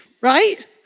right